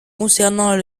concernant